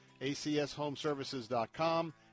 acshomeservices.com